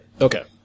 Okay